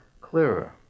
clearer